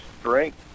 strength